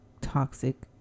toxic